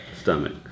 stomach